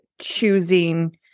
choosing